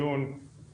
משרד האוצר.